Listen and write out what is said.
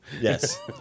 Yes